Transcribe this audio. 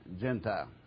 Gentile